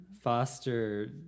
Foster